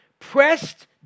pressed